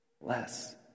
less